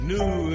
New